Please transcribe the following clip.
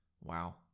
Wow